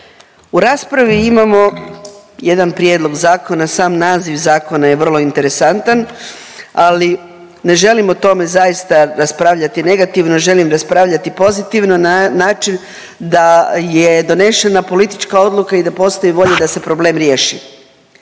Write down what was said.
U raspravi imamo jedan prijedlog zakona, sam naziv zakon je vrlo interesantan, ali ne želim o tome zaista raspravljati negativno, želim raspravljati pozitivno na način da je donešena politička odluka i da postoji volja da se problem riješi.